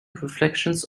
reflections